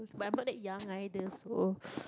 but I'm not that young either so